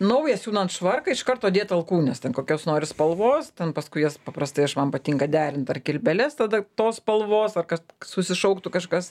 naują siūnant švarką iš karto dėt alkūnes ten kokios nori spalvos ten paskui jas paprastai aš man patinka derint ar kilpeles tada tos spalvos ar kad susišauktų kažkas